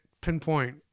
pinpoint